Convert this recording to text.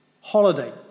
holiday